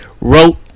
wrote